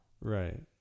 Right